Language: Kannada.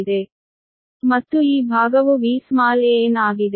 ಮತ್ತು ಈ ಭಾಗವು V ಸ್ಮಾಲ್ an ಆಗಿದೆ